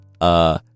Uh